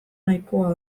nahikoa